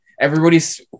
everybody's